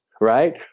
right